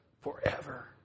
forever